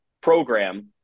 program